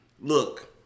Look